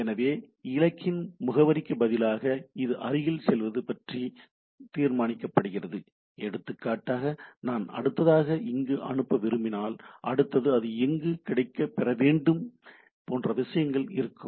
எனவே இலக்கின் முகவரிக்கு பதிலாக இது அருகில் செல்வது பற்றி தீர்மானிக்கப்படுகிறது எடுத்துக்காட்டாக நான் அடுத்ததாக இங்கு அனுப்ப விரும்பினால் அடுத்தது அது எங்கு கிடைக்கப்பெற வேண்டும் போன்ற விஷயங்கள் இருக்கும்